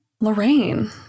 Lorraine